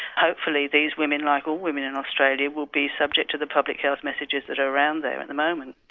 hopefully these women, like all women in australia, would be subject to the public health messages that are around there at the moment.